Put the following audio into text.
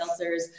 seltzers